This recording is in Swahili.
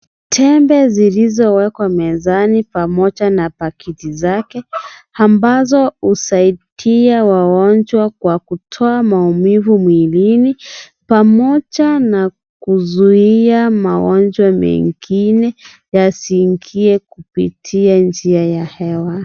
Tembe zilizo wekwa mezani pamoja na pakiti zake, ambazo husaitia wagonjwa kwa kutoa maumivu mwilini, pamoja, na kuzuia magonjwa mengine, yasiingie kupitia njia ya hewa.